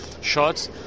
shots